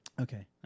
Okay